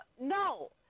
No